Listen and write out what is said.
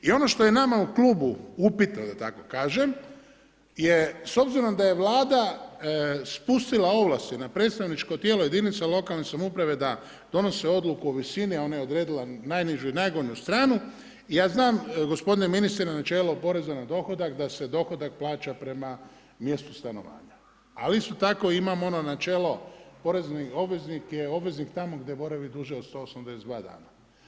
I ono što je nama u klubu upitno da tako kažem je s obzirom da je Vlada spustila ovlasti na predstavničko tijelo jedinica lokalne samouprave da donose odluku o visini, ona je odredila najnižu i najgornju stranu, ja znam gospodine ministre, načelo poreza na dohodak da se dohodak plaća prema mjestu stanovanja ali isto tako imamo ono načelo, porezni obveznik je obveznik tamo gdje boravi duže od 182 dana.